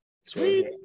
Sweet